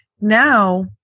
Now